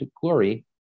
glory